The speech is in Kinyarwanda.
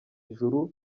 ijuru